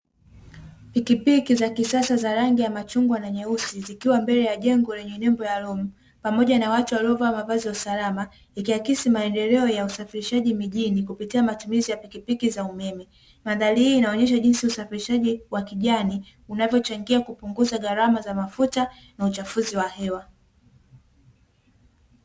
Pikipiki za kisasa za rangi ya machungwa na nyeusi, zikiwa mbele ya jengo lenye nembo ya "ROAM", pamoja na watu waliovaa mavazi ya usalama; ikiakisi maendeleo ya usafirishaji mijini kupitia matumizi ya pikipiki za umeme. Mandhari hii inaonyesha jinsi usafirishaji wa kijani, unavyochangia kupunguza gharama za mafuta na uchafuzi wa hewa.